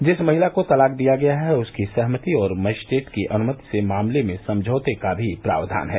जिस महिला को तलाक दिया गया है उसकी सहमति और मजिस्ट्रेट की अनुमति से मामले में समझौते का भी प्रावधान है